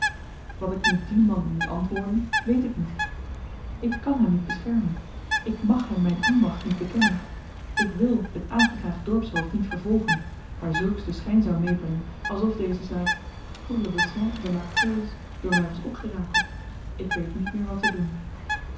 wat ik nu dien man moet antwoorden weet ik niet ik kan hem niet beschermen ik mag hem myn onmacht niet bekennen ik wil t aangeklaagd dorpshoofd niet vervolgen daar zulks den schyn zou meebrengen alsof deze zaak pour le besoin de ma cause door my was opgerakeld ik weet niet meer wat te doen